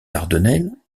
dardanelles